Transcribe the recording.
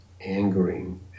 angering